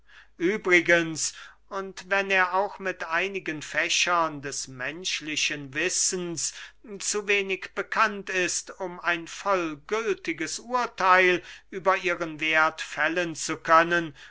übrigens und wenn er auch mit einigen fächern des menschlichen wissens zu wenig bekannt ist um ein vollgültiges urtheil über ihren werth fällen zu können